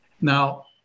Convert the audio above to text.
Now